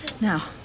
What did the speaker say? now